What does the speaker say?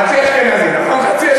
חצי אשכנזי, נכון?